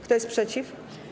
Kto jest przeciw?